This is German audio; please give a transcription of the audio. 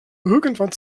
irgendwann